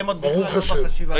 הן עוד ברמת החשיבה.